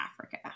Africa